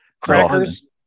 Crackers